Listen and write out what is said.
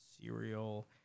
cereal